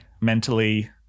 mentally